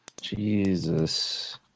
Jesus